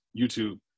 YouTube